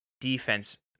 defense